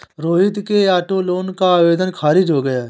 रोहित के auto loan का आवेदन खारिज हो गया